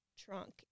trunk